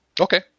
Okay